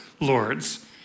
lords